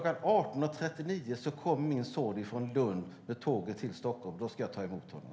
18.39 kommer min son med tåget från Lund till Stockholm, och då ska jag ta emot honom.